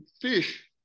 fish